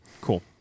cool